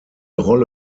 rolle